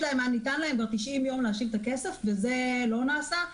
ניתנו להם 90 יום להשיב את הכסף, וזה לא נעשה.